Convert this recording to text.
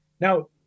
Now